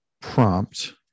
prompt